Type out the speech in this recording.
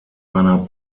einer